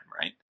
right